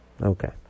Okay